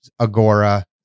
Agora